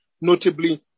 notably